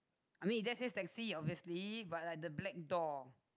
I mean it just says taxi obviously but like the black door